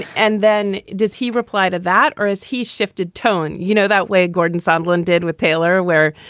and then does he reply to that or is he shifted tone? you know, that way. gordon sandlin did with taylor, where,